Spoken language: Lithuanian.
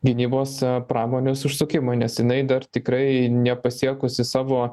gynybos pramonės užsukimui nes jinai dar tikrai nepasiekusi savo